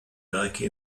werke